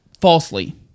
falsely